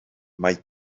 mae